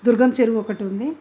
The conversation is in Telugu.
దుర్గం చెరువు ఒకటి ఉంది